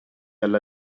alla